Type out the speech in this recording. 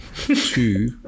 two